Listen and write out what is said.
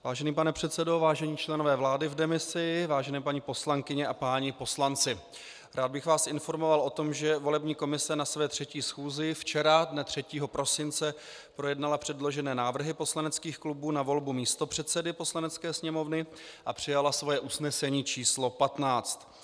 Vážený pane předsedo, vážení členové vlády v demisi, vážené paní poslankyně a páni poslanci, rád bych vás informoval o tom, že volební komise na své třetí schůzi včera, dne 3. prosince, projednala předložené návrhy poslaneckých klubů na volbu místopředsedy Poslanecké sněmovny a přijala svoje usnesení číslo 15.